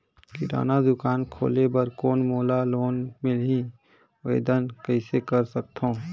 किराना दुकान खोले बर कौन मोला लोन मिलही? आवेदन कइसे कर सकथव?